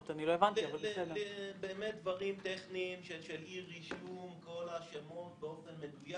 אי רישום כל השמות באופן מדויק